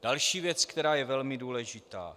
Další věc, která je velmi důležitá.